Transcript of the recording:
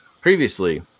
previously